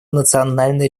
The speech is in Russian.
национальный